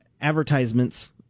advertisements